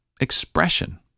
expression